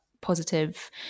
positive